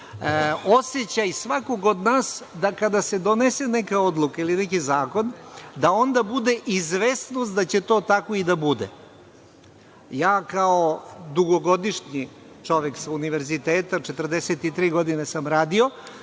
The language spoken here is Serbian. osećaj svakog od nas da kada se donese neka odluka ili neki zakon, da onda bude izvesnost da će to tako i da bude. Ja kao dugogodišnji čovek sa univerziteta, 43 godine sam radio,